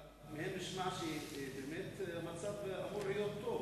נשמע שהמצב אמור להיות טוב.